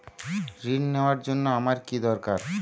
ঋণ নেওয়ার জন্য আমার কী দরকার?